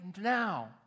now